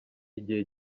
igihe